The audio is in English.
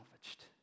salvaged